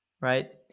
right